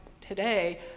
today